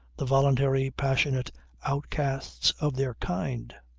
the voluntary, passionate outcasts of their kind.